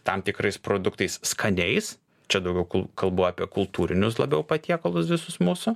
tam tikrais produktais skaniais čia daugiau kalbu apie kultūrinius labiau patiekalus visus mūsų